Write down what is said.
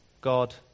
God